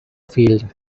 field